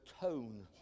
tone